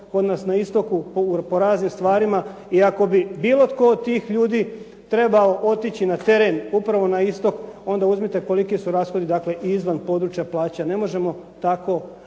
kod nas na istoku po raznim stvarima. I ako bi bilo tko od tih ljudi trebao otići na teren upravo na istok, onda uzmite koliki su rashodi i izvan područja plaća. Ne možemo tako